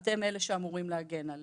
אתם אלה שאמורים להגן עלינו.